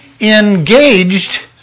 engaged